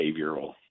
behavioral